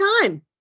time